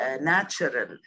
natural